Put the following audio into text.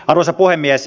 arvoisa puhemies